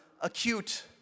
acute